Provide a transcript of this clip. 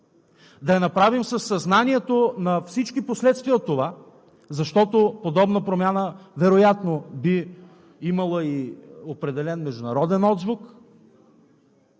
да я направим със съзнанието на всички последствия от това, защото подобна промяна вероятно би имала и определен международен отзвук,